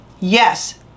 yes